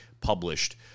published